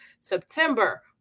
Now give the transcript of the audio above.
September